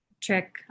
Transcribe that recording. trick